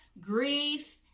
grief